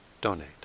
donate